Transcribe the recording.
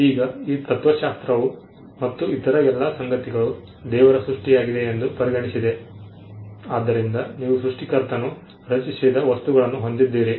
ಈಗ ಈ ತತ್ತ್ವಶಾಸ್ತ್ರವು ಮತ್ತು ಇತರ ಎಲ್ಲ ಸಂಗತಿಗಳು ದೇವರ ಸೃಷ್ಟಿಯಾಗಿದೆ ಎಂದು ಪರಿಗಣಿಸಿದೆ ಆದ್ದರಿಂದ ನೀವು ಸೃಷ್ಟಿಕರ್ತನು ರಚಿಸಿದ ವಸ್ತುಗಳನ್ನು ಹೊಂದಿದ್ದೀರಿ